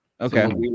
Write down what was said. okay